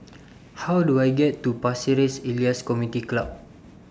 How Do I get to Pasir Ris Elias Community Club